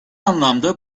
anlamda